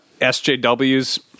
SJWs